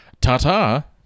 Ta-ta